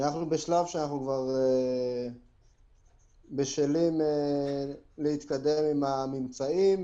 אנחנו בשלב שאנחנו כבר בשלים להתקדם עם הממצאים,